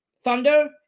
Thunder